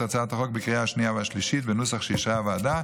הצעת החוק בקריאה השנייה והשלישית בנוסח שאישרה הוועדה,